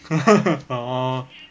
好啊